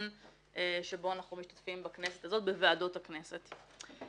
שבו אנחנו משתתפים בכנסת הזאת בוועדות הכנסת.